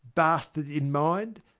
bastard in mind,